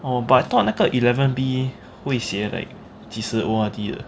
oh but I thought 那个 eleven B 会写 like 你几时 O_R_D 的